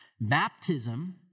Baptism